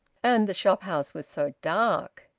and the shop-house was so dark!